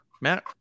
Matt